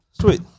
sweet